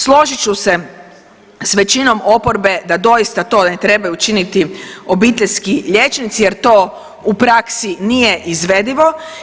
Složit ću se s većinom oporbe da doista to ne trebaju činiti obiteljski liječnici jer to u praksi nije izvedivo.